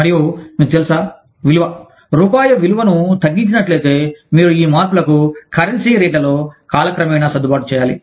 మరియు మీకు తెలుసా విలువ రూపాయి విలువను తగ్గించినట్లయితే మీరు ఈ మార్పులకు కరెన్సీ రేట్లలో కాలక్రమేణా సర్దుబాటు చేయాలి